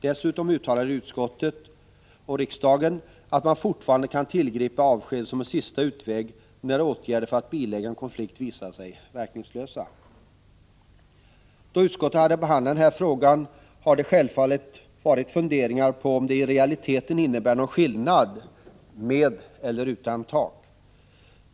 Dessutom uttalade utskottet och riksdagen att man fortfarande kan tillgripa avsked som en sista utväg när åtgärder för att bilägga en konflikt visar sig verkningslösa. Då utskottet hade att behandla den här frågan förekom det självfallet funderingar om huruvida ”med eller utan tak” i realiteten innebär någon skillnad.